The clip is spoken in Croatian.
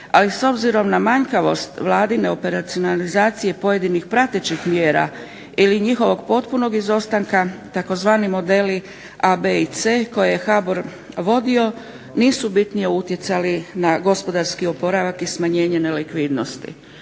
ali s obzirom na manjkavost vladine operacionalizacije pojedinih pratećih mjera ili njihovog potpunog izostanka tzv. modeli A, B i C koje je HBOR vodio nisu bitnije utjecali na gospodarski oporavak i smanjenje likvidnosti.